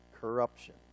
corruption